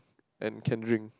and can dream